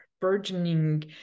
burgeoning